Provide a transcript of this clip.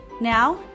Now